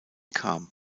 kam